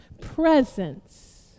presence